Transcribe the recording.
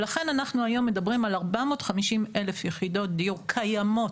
לכן אנחנו היום מדברים על 450,000 יחידות דיור קיימות.